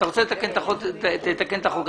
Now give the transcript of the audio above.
אתה רוצה לתקן את החוק תקן את החוק.